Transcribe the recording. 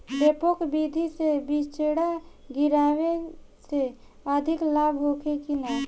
डेपोक विधि से बिचड़ा गिरावे से अधिक लाभ होखे की न?